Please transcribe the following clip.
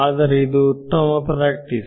ಆದರೆ ಇದು ಉತ್ತಮ ಪ್ರಾಕ್ಟೀಸ್